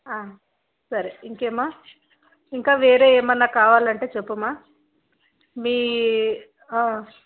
సరే ఇంకేం మా ఇంకా వేరే ఏమైనా కావాలంటే చెప్పు మా మీ